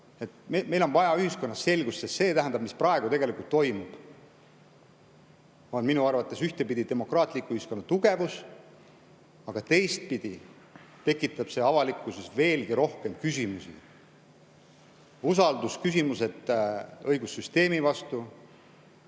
Meil on vaja ühiskonnas selgust, sest see, mis praegu toimub, on minu arvates ühtpidi demokraatliku ühiskonna tugevus, aga teistpidi tekitab avalikkuses veelgi rohkem küsimusi: usaldusküsimusi õigussüsteemi kohta,